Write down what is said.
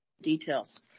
details